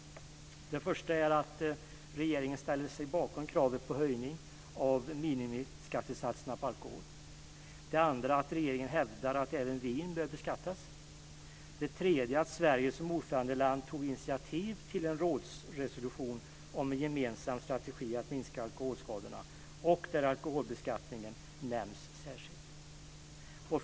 Det första är att regeringen ställer sig bakom kravet på en höjning av minimiskattesatserna på alkohol. Det andra är att regeringen hävdar att även vin bör beskattas. Det tredje är att Sverige som ordförandeland tog initiativ till en rådsresolution om en gemensam strategi för att minska alkoholskadorna och att alkoholbeskattningen särskilt nämns där.